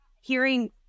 hearing